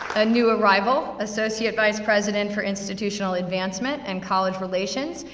a new arrival, associate vice president for institutional advancement and college relations,